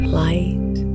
light